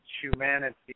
humanity